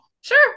sure